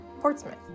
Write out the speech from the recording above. Portsmouth